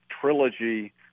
trilogy